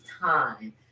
time